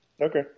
Okay